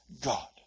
God